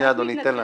אדוני, תן לה.